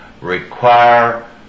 require